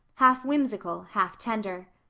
half-whimsical, half-tender.